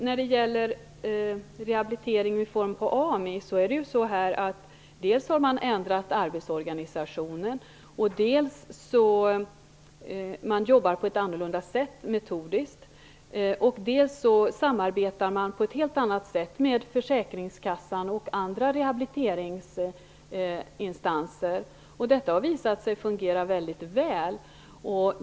När det gäller rehabilitering inom AMI har man dels ändrat arbetsorganisationen, dels jobbar man på ett annorlunda sätt metodiskt och dels samarbetar man på ett helt annat sätt med försäkringskassan och andra rehabiliteringsinstanser. Det har visat sig fungera väldigt väl.